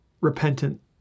repentant